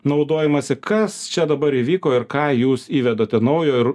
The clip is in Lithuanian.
naudojamasi kas čia dabar įvyko ir ką jūs įvedate naujo ir